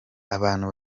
abantu